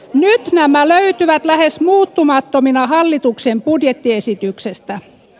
nyt nämä löytyvät lähes muuttumattomina hallituksen budjettiesityksestä